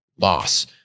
loss